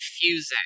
confusing